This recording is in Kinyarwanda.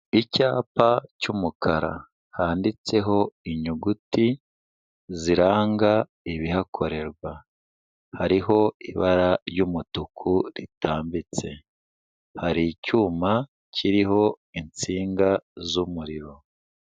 Icyapa cy'umukara handitseho inyuguti ziranga ibihakorerwa, hariho ibara ry'umutuku ritambitse, hari icyuma kiriho insinga z'umuriro.